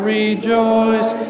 rejoice